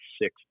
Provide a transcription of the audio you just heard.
six